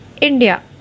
India